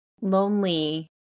lonely